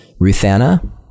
Ruthanna